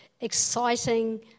exciting